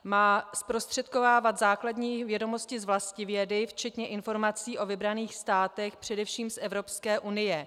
Má zprostředkovávat základní vědomosti z vlastivědy včetně informací o vybraných státech především z Evropské unie.